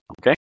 Okay